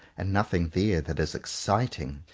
and nothing there that is exciting,